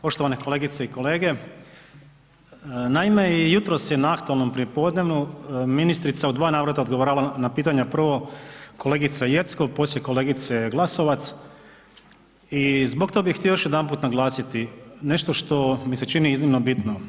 Poštovane kolegice i kolege, naime i jutros je na aktualnom prijepodnevu ministrica u dva navrata odgovarala na pitanja, prvo kolegica Jeckov, poslije kolegice Glasovac i zbog toga bi htio još jedanput naglasiti nešto što mi se čini iznimno bitno.